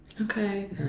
Okay